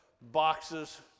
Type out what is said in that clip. boxes